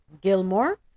Gilmore